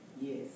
Yes